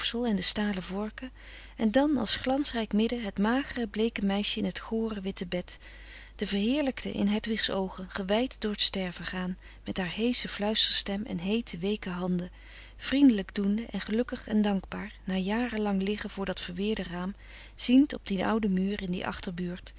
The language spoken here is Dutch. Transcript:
en de stalen vorken en dan als glansrijk midden het magere bleeke meisje in t gore witte bed de verheerlijkte in hedwigs oogen gewijd door t sterven gaan met haar heesche fluisterstem en heete weeke handen vriendelijk doende en gelukkig en dankbaar na jaren lang liggen voor dat verweerde raam ziend op dien ouden frederik van